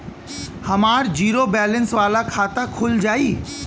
हमार zero balance वाला खाता खुल जाई?